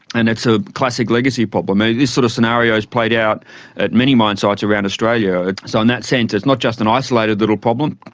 and it's a classic legacy problem. this sort of scenario is played out at many mine sites around australia, so in that sense it's not just an isolated little problem.